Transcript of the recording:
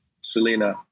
Selena